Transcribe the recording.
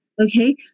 okay